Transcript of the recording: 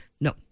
No